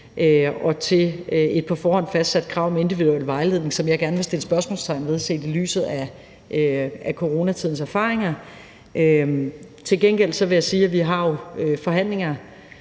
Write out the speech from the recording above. og til et på forhånd fastsat krav om individuel vejledning, som jeg gerne vil sætte spørgsmålstegn ved, set i lyset af coronatidens erfaringer. Til gengæld vil jeg sige, at vi jo har forhandlinger,